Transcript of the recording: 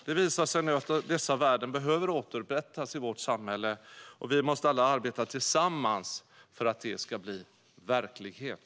Det visar sig nu att dessa värden behöver återupprättas i vårt samhälle. Vi måste alla arbeta tillsammans för att det ska bli verklighet.